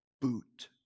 boot